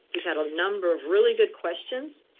kind of number of really good questions.